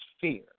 fear